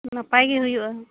ᱱᱟᱯᱟᱭ ᱜᱮ ᱦᱩᱭᱩᱜᱼᱟ